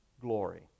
glory